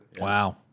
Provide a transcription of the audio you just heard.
Wow